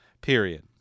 Period